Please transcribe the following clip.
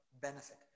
benefit